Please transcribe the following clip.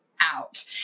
out